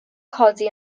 codi